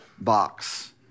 box